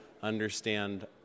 understand